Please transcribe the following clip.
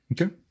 Okay